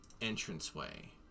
entranceway